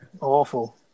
Awful